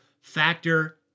Factor